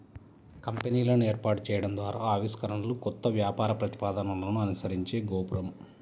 కంపెనీలను ఏర్పాటు చేయడం ద్వారా ఆవిష్కరణలు, కొత్త వ్యాపార ప్రతిపాదనలను అనుసరించే గోపురం